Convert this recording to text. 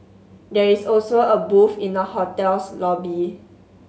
there is also a booth in the hotel's lobby